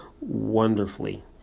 wonderfully